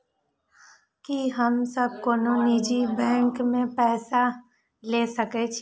की हम सब कोनो निजी बैंक से पैसा ले सके छी?